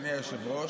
אדוני היושב-ראש,